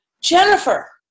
jennifer